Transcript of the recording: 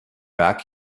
back